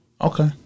okay